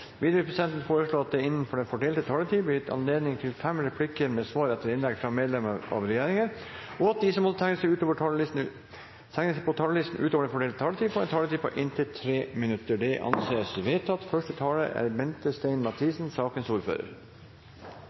Videre vil presidenten foreslå at det blir gitt anledning til inntil seks replikker med svar etter innlegg fra medlemmer av regjeringen innenfor den fordelte taletid, og at de som måtte tegne seg på talerlisten utover den fordelte taletid, får en taletid på inntil 3 minutter. – Det anses vedtatt. Det er